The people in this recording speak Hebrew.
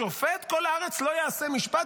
השפט כל הארץ לא יעשה משפט",